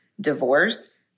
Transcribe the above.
divorce